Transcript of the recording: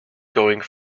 going